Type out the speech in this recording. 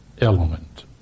element